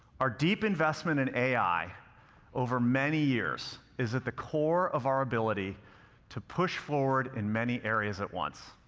our deep investment in ai over many years is at the core of our ability to push forward in many areas at once.